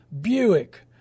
Buick